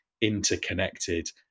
interconnected